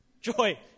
joy